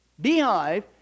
Beehive